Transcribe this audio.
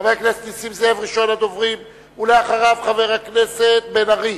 ראשון הדוברים, ואחריו, חבר הכנסת בן-ארי.